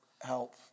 help